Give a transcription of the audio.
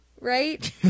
right